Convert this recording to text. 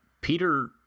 Peter